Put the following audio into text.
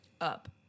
up